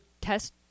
test